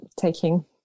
taking